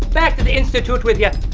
back to the institute with ya.